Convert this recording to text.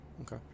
Okay